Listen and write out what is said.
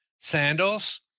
Sandals